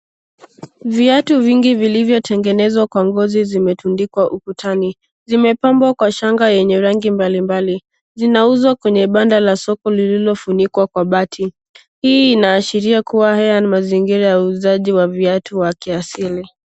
Viatu vingi vilivyotegenezwa kwa ngozi zimetundikwa ukutani. Zimepambwa kwa shanga yenye rangi mbalimbali. Zinauzwa kwenye banda la soko lililofunikwa kwa gari. Hii inaashiria kuwa haya ni mazingira ya uuzaji wa viatu vya kiasili.